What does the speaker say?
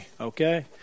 okay